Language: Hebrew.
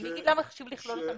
אני אגיד למה חשוב לכלול אותם,